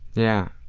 yeah.